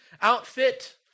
outfit